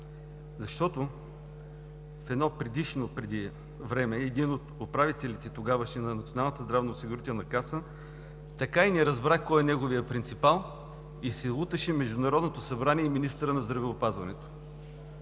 Защото в едно предишно време един от тогавашните управители на НЗОК така и не разбра кой е неговият принципал и се луташе между Народното събрание и министъра на здравеопазването.